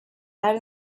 had